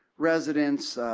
residents,